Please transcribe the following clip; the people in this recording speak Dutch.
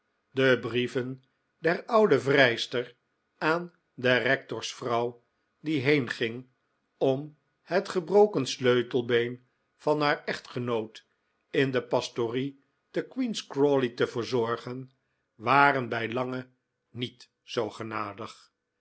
de brieven der oude vrijster aan de rectorsvrouw die heenging om het gebroken sleutelbeen van haar echtgenoot in de pastorie te queen's crawley te verzorgen waren bijlange niet